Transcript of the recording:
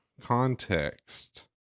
context